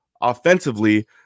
offensively